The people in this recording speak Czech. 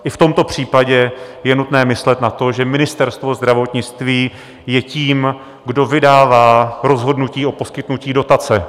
I v tomto případě je nutné myslet na to, že Ministerstvo zdravotnictví je tím, kdo vydává rozhodnutí o poskytnutí dotace.